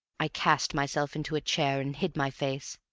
i cast myself into a chair and hid my face.